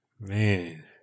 Man